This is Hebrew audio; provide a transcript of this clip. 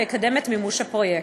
ויקדם את מימוש הפרויקט.